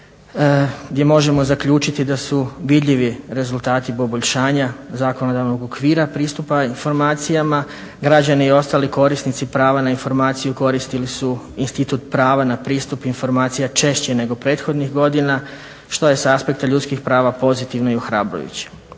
gdje možemo zaključiti da su vidljivi rezultati poboljšanja zakonodavnog okvira, pristupa informacijama. Građani i ostali korisnici prava na informaciju koristili su institut prava na pristup informacija češće nego prethodnih godina što je sa aspekta ljudskih prava pozitivno i ohrabrujuće.